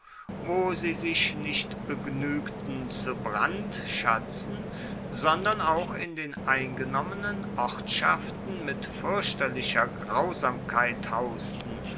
wo sie sich nicht begnügten zu brandschatzen sondern auch in den eingenommenen ortschaften mit fürchterlicher grausamkeit hausten